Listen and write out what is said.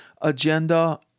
agenda